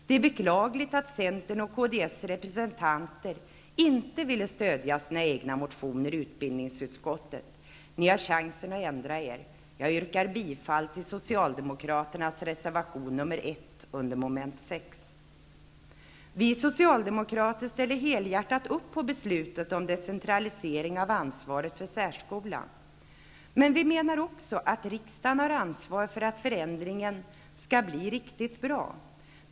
Det är beklagligt att Centerns och Kds representanter inte ville stödja sina egna motioner i utbildningsutskottet. Ni har chansen att ändra er. Jag yrkar bifall till Socialdemokraternas reservation 1 under mom. 6. Vi ställer helhjärtat upp på beslutet om decentralisering av ansvaret för särskolan. Men vi menar att riksdagen har ansvar för att förändringen skall bli riktigt bra.